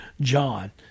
John